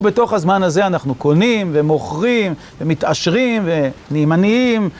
ובתוך הזמן הזה אנחנו קונים ומוכרים ומתעשרים ונהיים עניים.